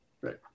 Right